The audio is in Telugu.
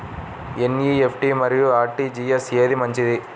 ఎన్.ఈ.ఎఫ్.టీ మరియు అర్.టీ.జీ.ఎస్ ఏది మంచిది?